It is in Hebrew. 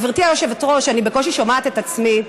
גברתי היושבת-ראש, אני בקושי שומעת את עצמי.